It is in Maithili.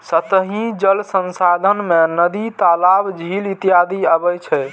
सतही जल संसाधन मे नदी, तालाब, झील इत्यादि अबै छै